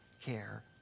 care